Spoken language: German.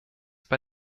bei